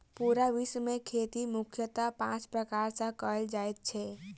पूरा विश्व मे खेती मुख्यतः पाँच प्रकार सॅ कयल जाइत छै